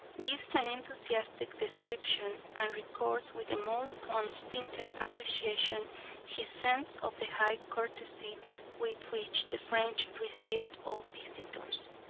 gives an enthusiastic description, and records with the most unstinted appreciation his sense of the high courtesy with which the french received all visitors.